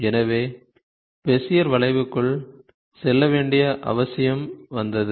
எனவே பெசியர் வளைவுக்குள் செல்ல வேண்டிய அவசியம் வந்தது